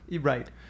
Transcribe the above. right